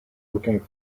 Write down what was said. looking